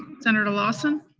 senator lawson?